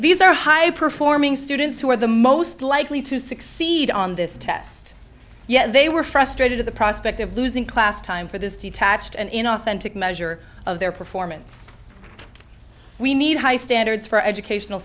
these are high performing students who are the most likely to succeed on this test yet they were frustrated at the prospect of losing class time for this detached and inauthentic measure of their performance we need high standards for educational